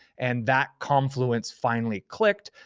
and that confluence finally clicked.